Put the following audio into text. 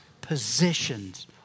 positions